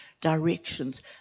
directions